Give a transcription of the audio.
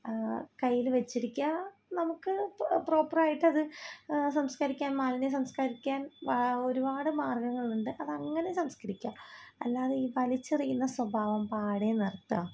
കയ്യില് വെച്ചിരിക്കുക നമുക്ക് പ്രോപ്പറയിട്ടത് സംസ്കരിക്കാൻ മാലിന്യം സംസ്കരിക്കാൻ ഒരുപാട് മാർഗങ്ങളുണ്ട് അതങ്ങനെ സംസ്കരിക്കുക അല്ലാതെ ഈ വലിച്ചെറിയുന്ന സ്വഭാവം പാടെ നിർത്തുക